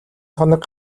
хоног